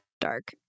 dark